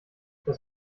das